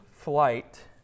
Flight